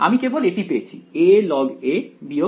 আমি কেবল এটি পেয়েছি alog a